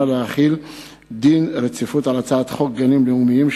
להחיל דין רציפות על הצעת חוק גנים לאומיים,